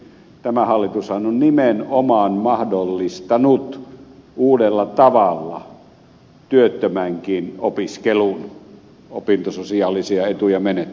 tämä hallitushan on nimenomaan mahdollistanut uudella tavalla työttömänkin opiskelun opintososiaalisia etuja menettämättä